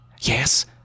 Yes